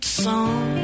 song